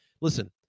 listen